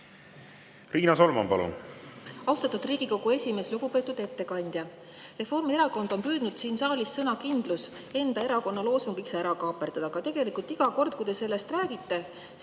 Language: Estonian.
Riina Solman, palun! Austatud Riigikogu esimees! Lugupeetud ettekandja! Reformierakond on püüdnud siin saalis sõna "kindlus" enda erakonna loosungiks kaaperdada. Aga tegelikult iga kord, kui te sellest räägite,